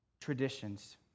traditions